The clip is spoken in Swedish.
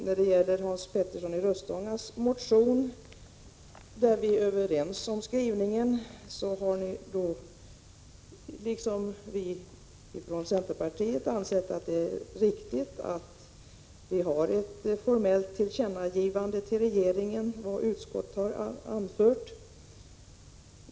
När det gäller Hans Peterssons i Röstånga motion, där vi är överens om skrivningen, har ni liksom vi från centerpartiet ansett det riktigt att göra ett formellt tillkännagivande för regeringen av vad utskottet anfört.